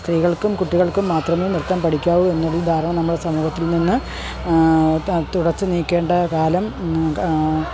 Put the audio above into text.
സ്ത്രീകൾക്കും കുട്ടികൾക്കും മാത്രമേ നൃത്തം പഠിക്കാവു എന്നൊരു ധാരണ നമ്മുടെ സമൂഹത്തിൽ നിന്ന് തുടച്ചു നീക്കേണ്ട കാലം